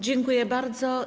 Dziękuję bardzo.